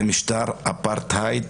זה משטר אפרטהייד